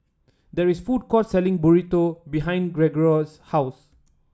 there is a food court selling Burrito behind Gregorio's house